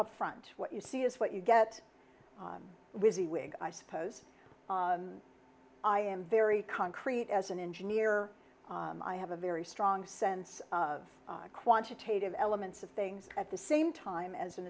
upfront what you see is what you get wizzy wig i suppose i am very concrete as an engineer i have a very strong sense of quantitative elements of things at the same time as an